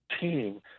team